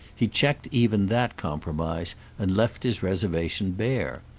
he checked even that compromise and left his reservation bare.